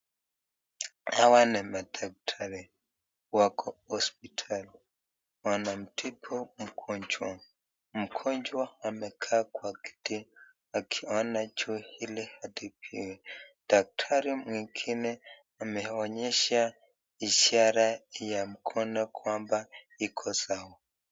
Hawa ni madaktari. Wako hospitali wanamtibu mgonjwa. Mgonjwa amekaa kwa kiti akiona juu ili atibiwe. Daktari mwengine ameonyesha ishara ya mkono kwamba iko sawa.